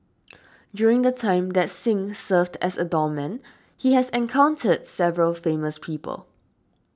during the time that Singh served as a doorman he has encountered several famous people